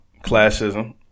classism